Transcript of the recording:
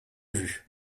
vue